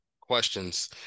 questions